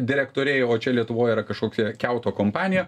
direktoriai o čia lietuvoj yra kažkokia kiauto kompanija